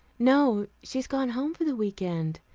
no, she's gone home for the week-end.